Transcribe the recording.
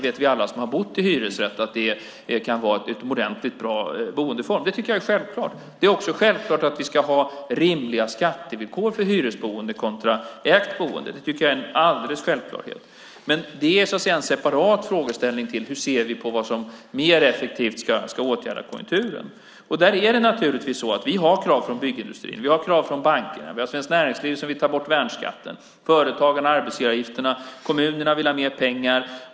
Alla vi som har bott i hyresrätt vet att det kan vara en utomordentligt bra boendeform. Det tycker jag är självklart. Det är också självklart att vi ska ha rimliga skattevillkor för hyresboende kontra ägt boende. Men det är en separat frågeställning till hur vi ser på vad som mer effektivt ska åtgärda konjunkturen. Vi har krav från byggindustrin. Vi har krav från bankerna. Vi har Svenskt Näringsliv som vill ta bort värnskatten. Företagarna vill ta bort arbetsgivaravgifterna, och kommunerna vill ha mer pengar.